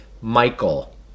Michael